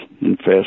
infest